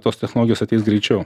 tos technologijos ateis greičiau